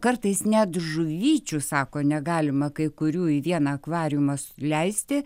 kartais net žuvyčių sako negalima kai kurių į vieną akvariumą leisti